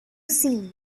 sea